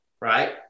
Right